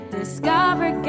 discover